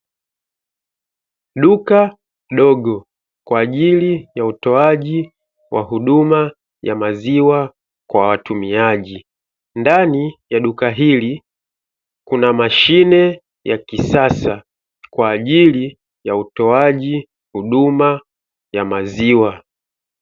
Duka dogo kwa ajili ya utoaji wa huduma ya maziwa kwa watumiaji, ndani ya duka hili kuna mashine ya kisasa kwa ajili ya utoaji huduma ya maziwa.